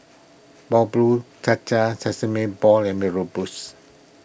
Bubur Cha Cha Sesame Balls and Mee Rebus